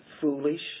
foolish